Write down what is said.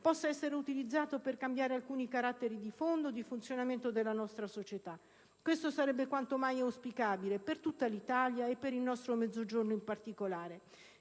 possa essere utilizzato per cambiare alcuni caratteri di fondo e di funzionamento della nostra società. Questo sarebbe quanto mai auspicabile per tutta l'Italia e per il nostro Mezzogiorno in particolare.